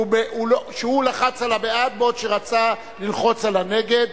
שהוא לחץ על "בעד" בעוד שרצה ללחוץ על "נגד".